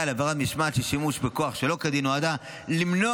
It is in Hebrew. לעבירת משמעת של שימוש בכוח שלא כדין נועדה למנוע